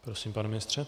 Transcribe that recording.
Prosím, pane ministře.